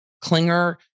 Klinger